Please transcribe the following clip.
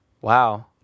Wow